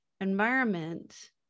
environment